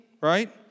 right